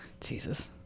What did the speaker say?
Jesus